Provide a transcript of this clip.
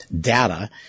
data